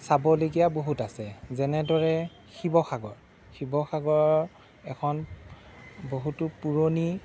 চাবলগীয়া বহুত আছে যেনেদৰে শিৱসাগৰ শিৱসাগৰ এখন বহুতো পুৰণি